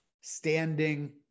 standing